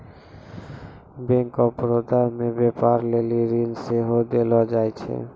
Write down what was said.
bank of Baroda मे व्यपार लेली ऋण सेहो देलो जाय छै